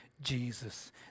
Jesus